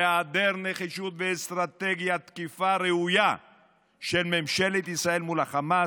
בהיעדר נחישות ואסטרטגיית תקיפה ראויה של ממשלת ישראל מול החמאס